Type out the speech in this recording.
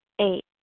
Eight